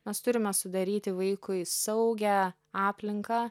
nes turime sudaryti vaikui saugią aplinką